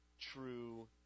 true